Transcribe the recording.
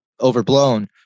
overblown